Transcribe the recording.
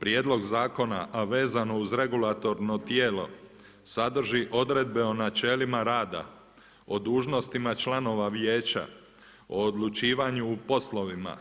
Prijedlog zakona vezano uz regulatorno tijelo sadrži odredbe o načelima rada o dužnostima članova vijeća, o odlučivanju o poslovima,